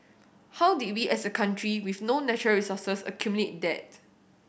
how did we as a country with no natural resources accumulate that